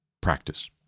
practice